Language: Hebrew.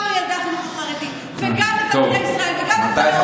גם לילדי החינוך החרדי וגם לתלמידי ישראל וגם לסייעות,